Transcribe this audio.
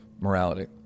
morality